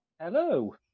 Hello